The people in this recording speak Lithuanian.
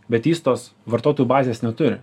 bet jis tos vartotojų bazės neturi